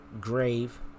Grave